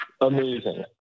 Amazing